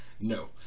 No